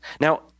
Now